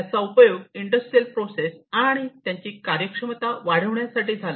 त्याचा उपयोग industrial process आणि त्यांची कार्यक्षमता वाढवण्यासाठी झाला